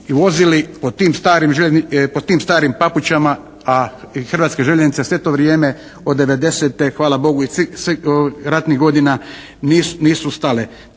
vozili po tim starim papučama, a Hrvatske željeznice sve to vrijeme od '90. hvala Bogu i svih ratnih godina nisu stale.